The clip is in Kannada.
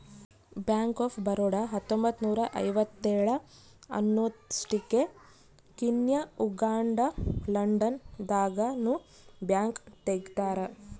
ಬ್ಯಾಂಕ್ ಆಫ್ ಬರೋಡ ಹತ್ತೊಂಬತ್ತ್ನೂರ ಐವತ್ತೇಳ ಅನ್ನೊಸ್ಟಿಗೆ ಕೀನ್ಯಾ ಉಗಾಂಡ ಲಂಡನ್ ದಾಗ ನು ಬ್ಯಾಂಕ್ ತೆಗ್ದಾರ